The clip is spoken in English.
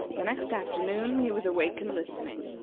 the next afternoon he was awake and listening,